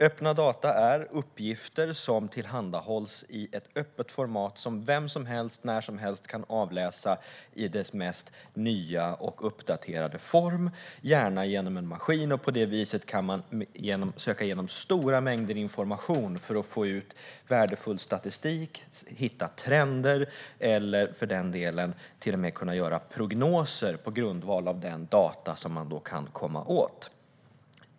Öppna data är uppgifter som tillhandahålls i ett öppet format och som vem som helst när som helst kan avläsa i deras mest nya och uppdaterade form, gärna genom en maskin. På det viset kan man söka igenom stora mängder information för att få fram värdefull statistik eller hitta trender. Man kan till och med göra prognoser på grundval av de data som man kan komma åt.